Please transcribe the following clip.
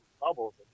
bubbles